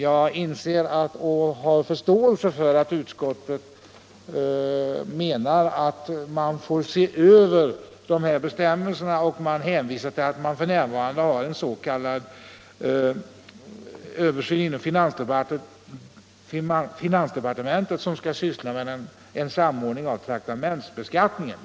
Jag har förståelse för att utskottet menar att man får se över de här bestämmelserna och hänvisar till att betänkandet Samordnad traktamentsbeskattning f. n. är under övervägande inom finansdepartementet.